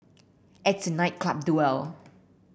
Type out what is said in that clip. it's a night club duel